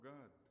God